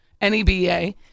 N-E-B-A